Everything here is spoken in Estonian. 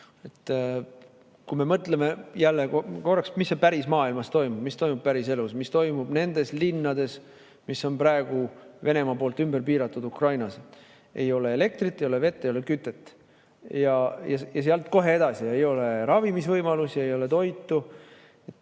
Kui me mõtleme korraks, mis pärismaailmas toimub, mis toimub päriselus, mis toimub nendes linnades, mis on praegu Ukrainas Venemaa poolt ümber piiratud – ei ole elektrit, ei ole vett, ei ole kütet. Ja sealt kohe edasi – ei ole ravimisvõimalusi, ei ole toitu.